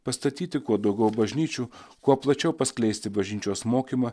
pastatyti kuo daugiau bažnyčių kuo plačiau paskleisti bažnyčios mokymą